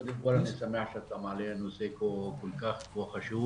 קודם כל אני שמח שאתה מעלה נושא כה חשוב.